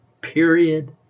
period